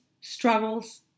struggles